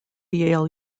yale